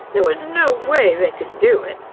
there was no way they could do it!